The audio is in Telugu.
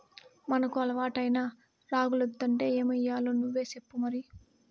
మనకు అలవాటైన రాగులొద్దంటే ఏమయ్యాలో నువ్వే సెప్పు మరి